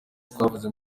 twavuze